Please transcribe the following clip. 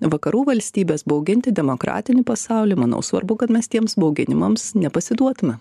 vakarų valstybes bauginti demokratinį pasaulį manau svarbu kad mes tiems bauginimams nepasiduotume